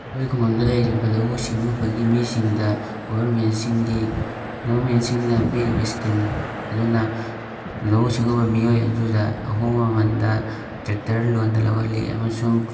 ꯑꯩꯈꯣꯏ ꯈꯨꯡꯒꯪꯗ ꯂꯩꯔꯤꯕ ꯂꯧꯎ ꯁꯤꯡꯎꯕꯒꯤ ꯃꯤꯁꯤꯡꯗ ꯒꯣꯔꯃꯦꯟꯁꯤꯡꯒꯤ ꯒꯣꯔꯃꯦꯟꯁꯤꯡꯅ ꯄꯤꯔꯤꯕ ꯁ꯭ꯀꯤꯝ ꯑꯗꯨꯅ ꯂꯧꯎ ꯁꯤꯡꯎꯕ ꯃꯤꯌꯣꯏ ꯑꯗꯨꯗ ꯑꯍꯣꯡꯕ ꯃꯃꯟꯗ ꯇ꯭ꯔꯦꯛꯇꯔ ꯂꯣꯟꯗ ꯂꯧꯍꯜꯂꯤ ꯑꯃꯁꯨꯡ